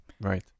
Right